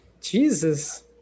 Jesus